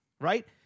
right